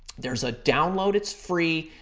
there's a download, it's free.